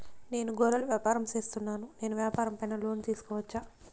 నేను గొర్రెలు వ్యాపారం సేస్తున్నాను, నేను వ్యాపారం పైన లోను తీసుకోవచ్చా?